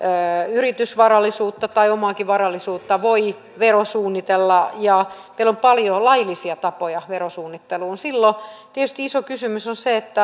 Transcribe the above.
yritysvarallisuutta tai omaakin varallisuutta voi verosuunnitella ja meillä on paljon laillisia tapoja verosuunnitteluun silloin tietysti iso kysymys on se